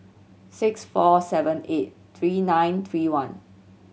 six four seven eight three nine three one